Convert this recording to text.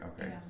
Okay